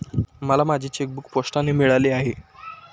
मला माझे चेकबूक पोस्टाने मिळाले आहे